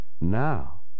Now